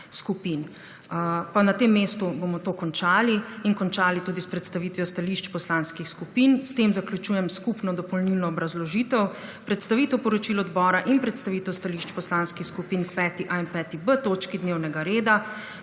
skupin. Pa na tem mestu bomo to končali. In končali tudi s predstavitvijo stališč poslanskih skupin. S tem zaključujem skupno dopolnilno obrazložitev, predstavitev poročil odbora in predstavitev stališč poslanskih skupin k 5.A in 5.B točki dnevnega reda.